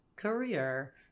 career